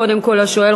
קודם כול השואל,